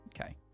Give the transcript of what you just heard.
Okay